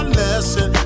lesson